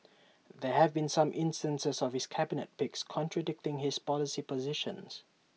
there have been some instances of his cabinet picks contradicting his policy positions